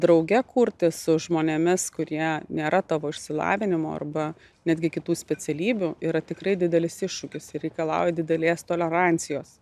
drauge kurti su žmonėmis kurie nėra tavo išsilavinimo arba netgi kitų specialybių yra tikrai didelis iššūkis ir reikalauja didelės tolerancijos